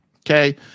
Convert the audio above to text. okay